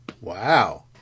Wow